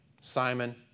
Simon